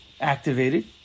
activated